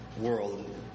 world